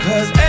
Cause